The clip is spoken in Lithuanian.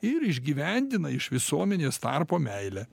ir išgyvendina iš visuomenės tarpo meilę